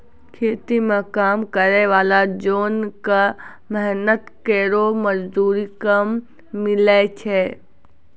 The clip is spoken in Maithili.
खेती म काम करै वाला जोन क मेहनत केरो मजदूरी कम मिलै छै